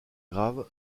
grave